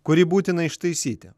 kurį būtina ištaisyti